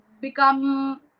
become